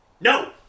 no